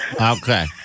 Okay